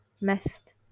messed